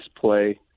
play